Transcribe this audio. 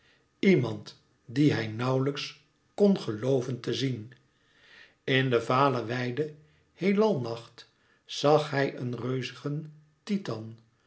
iemand dien hij nauwlijks kon gelooven te zien in de vale wijde heelalnacht zag hij een reuzigen titan